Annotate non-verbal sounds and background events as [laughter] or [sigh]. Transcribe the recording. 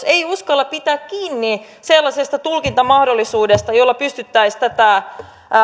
[unintelligible] ei uskalla pitää kiinni sellaisesta tulkintamahdollisuudesta jolla pystyttäisiin tätä